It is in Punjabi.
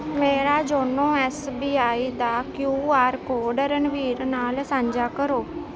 ਮੇਰਾ ਯੋਨੋ ਐਸ ਬੀ ਆਈ ਦਾ ਕਿਊ ਆਰ ਕੋਡ ਰਣਬੀਰ ਨਾਲ ਸਾਂਝਾ ਕਰੋ